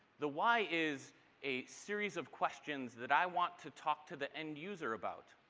the why is a soeries of questions that i want to talk to the end user about.